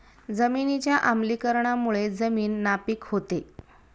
जमिनीच्या आम्लीकरणामुळे जमीन नापीक होते